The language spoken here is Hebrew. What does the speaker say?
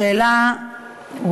השר"פ לא בוטל.